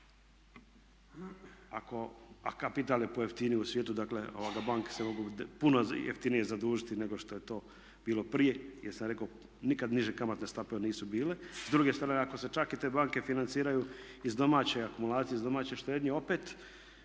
a kapital je pojeftinio u svijetu. Dakle, banke se mogu puno jeftinije zadužiti nego što je to bilo prije jer sam rekao nikad niže kamatne stope nisu bile. S druge strane ako se čak i te banke financiraju iz domaće akumulacije, iz domaće štednje opet